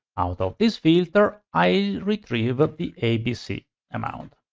out of this filter, i retrieve ah the abc amount.